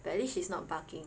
but at least she's not barking